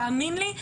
תאמין לי,